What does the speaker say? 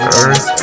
earth